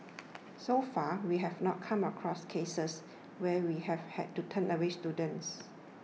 so far we have not come across cases where we have had to turn away students